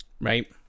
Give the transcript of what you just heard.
Right